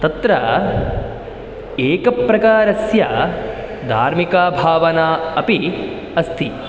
तत्र एकप्रकारस्य धार्मिकाभावना अपि अस्ति